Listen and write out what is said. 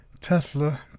Tesla